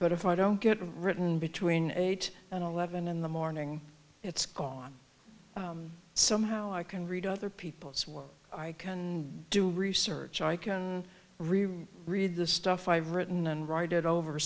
but if i don't get written between eight and eleven in the morning it's gone so how i can read other people's work i can do research i can really read the stuff i've written and write it over